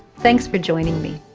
thanks for joining me.